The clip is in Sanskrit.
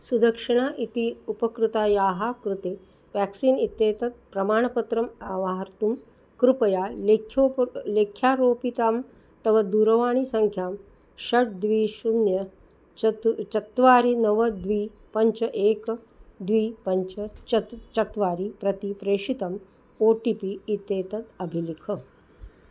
सुदक्षिणा इति उपकृतायाः कृते व्याक्सीन् इत्येतत् प्रमाणपत्रम् आवाहर्तुं कृपया लेख्यां लेख्यारोपितां तव दूरवाणीसङ्ख्यां षट् द्वि शून्यं चतुः चत्वारि नव द्वे पञ्च एकं द्वे पञ्च चत्वारि चत्वारि प्रति प्रेषितम् ओ टि पि इत्येतत् अभिलिख